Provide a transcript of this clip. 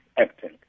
acting